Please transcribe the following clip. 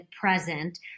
present